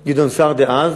דאז גדעון סער ייאמר,